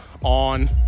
on